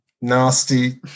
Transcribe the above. nasty